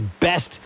best